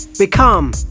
Become